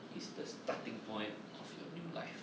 is the starting point of your new life